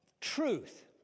truth